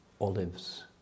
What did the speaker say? olives